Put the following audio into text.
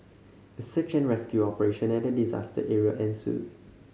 a search and rescue operation at the disaster area ensued